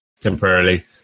temporarily